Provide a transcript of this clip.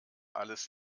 alles